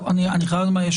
אני חייב לומר,